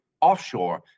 offshore